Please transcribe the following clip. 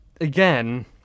again